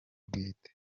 bwite